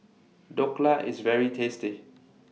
Dhokla IS very tasty